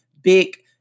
big